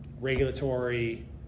regulatory